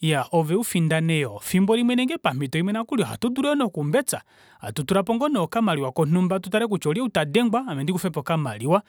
iya ove ufindane fimbo limwe ile pamito imwe ohatudulu yoo noku besa hatu tulapo okamaliwa konumba tutale kutya olye oo tadengwa ame ndikufepo okamaliwa